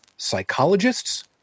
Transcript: psychologists